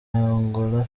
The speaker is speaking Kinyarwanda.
angola